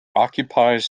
occupies